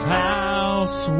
house